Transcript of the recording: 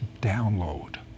download